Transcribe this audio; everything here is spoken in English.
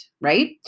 right